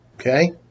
Okay